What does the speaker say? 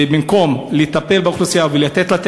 ובמקום לטפל באוכלוסייה ולתת לה את